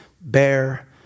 bear